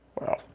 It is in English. Wow